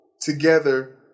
together